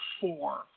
four